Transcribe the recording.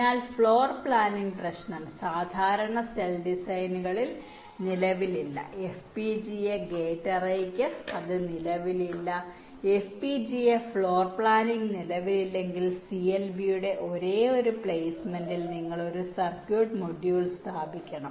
അതിനാൽ floor planning പ്രശ്നം സാധാരണ സെൽ ഡിസൈനുകളിൽ നിലവിലില്ല FPGA ഗേറ്റ് അറേയ്ക്ക് അത് നിലവിലില്ല FPGA ഫ്ലോർ പ്ലാനിംഗ് നിലവിലില്ലെങ്കിൽ CLB യുടെ ഒരേയൊരു പ്ലെയ്സ്മെന്റിൽ നിങ്ങൾ ഒരു സർക്യൂട്ട് മൊഡ്യൂൾ സ്ഥാപിക്കണം